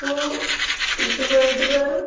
କୁ ଇଛୁକ ହେଇଥିବାରୁ